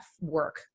work